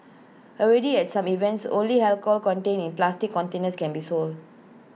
already at some events only alcohol contained in plastic containers can be sold